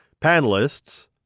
Panelists